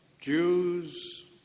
Jews